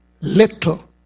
little